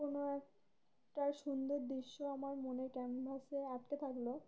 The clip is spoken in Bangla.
কোনো একটা সুন্দর দৃশ্য আমার মনে ক্যানভাসে আটকে থাকলো